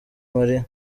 mariya